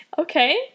Okay